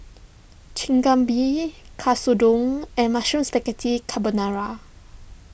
Chigenabe Katsudon and Mushroom Spaghetti Carbonara